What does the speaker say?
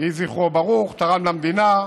יהי זכרו ברוך, תרם למדינה.